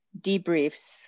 debriefs